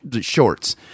shorts